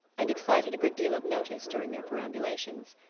and excited a good deal of notice during their perambulations.